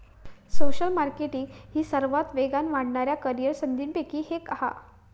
social marketing ही सर्वात वेगान वाढणाऱ्या करीअर संधींपैकी एक हा